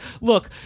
look